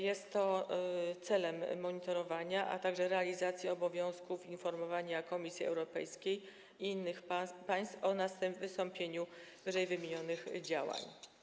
Jest to celem monitorowania, a także realizacji obowiązków informowania Komisji Europejskiej i innych państw o wystąpieniu ww. działań.